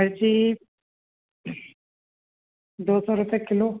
मिर्ची दो सौ रूपए किलो